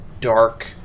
dark